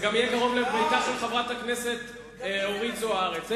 זה יהיה קרוב לביתה של חברת הכנסת אורית זוארץ.